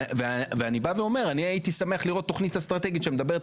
ואני בא ואומר אני הייתי שמח לראות תוכנית אסטרטגית שמדברת